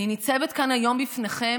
אני ניצבת כאן היום בפניכם